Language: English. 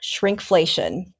shrinkflation